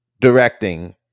directing